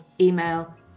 email